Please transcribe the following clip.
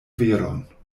veron